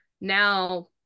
now